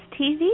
TV